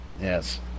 Yes